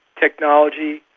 technology,